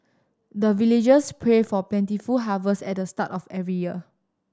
the villagers pray for plentiful harvest at the start of every year